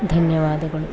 ಧನ್ಯವಾದಗಳು